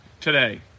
today